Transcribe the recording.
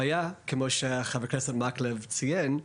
הבעיה, כמו שחבר הכנסת מקלב ציין,